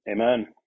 Amen